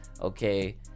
Okay